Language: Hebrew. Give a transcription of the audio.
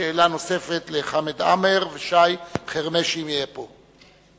שאלה נוספת לחמד עמאר ולשי חרמש, אם יהיה פה.